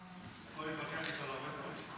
אתה יכול להתווכח איתו על הרבה דברים.